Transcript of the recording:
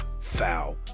foul